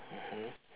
mmhmm